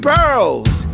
Pearls